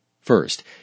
First